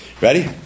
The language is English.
Ready